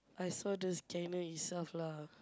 I saw the scanner itself lah